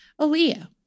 Aaliyah